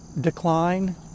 decline